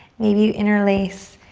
maybe you interlace,